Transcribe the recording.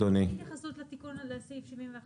אין התייחסות לתיקון הזה, לסעיף 71(7א).